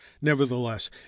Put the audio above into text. Nevertheless